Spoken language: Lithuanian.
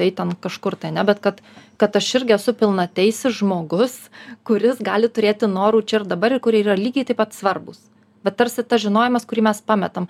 eiti ten kažkur tai ane bet kad kad aš irgi esu pilnateisis žmogus kuris gali turėti norų čia ir dabar ir kuri yra lygiai taip pat svarbūs va tarsi tas žinojimas kurį mes pametam